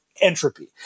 entropy